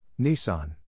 Nissan